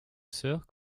sœur